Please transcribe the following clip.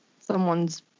someone's